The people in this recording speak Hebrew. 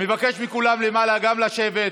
אני מבקש גם מכולם למעלה לשבת.